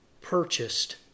purchased